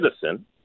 citizen—